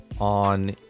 on